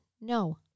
No